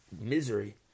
misery